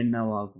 என்ன ஆகும்